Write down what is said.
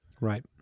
Right